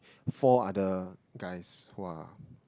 four other guys who are